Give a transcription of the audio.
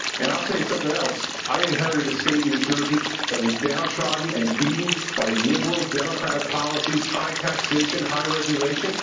and, i'll tell you something else. i inherited a state in new jersey that was downtrodden, and beaten by liberal democratic policies, high taxation, high regulation.